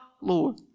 Lord